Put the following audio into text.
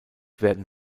werden